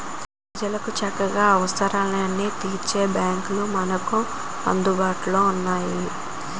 ప్రజలకు చక్కగా అవసరాలను తీర్చే బాంకులు మనకు అందుబాటులో ఉన్నాయి